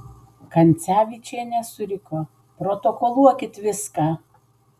kancevyčienė suriko protokoluokit viską